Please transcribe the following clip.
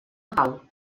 pau